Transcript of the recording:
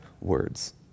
words